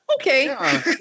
okay